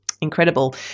Incredible